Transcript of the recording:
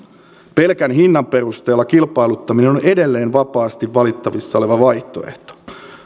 pelkän hinnan perusteella kilpailuttaminen on on edelleen vapaasti valittavissa oleva vaihtoehto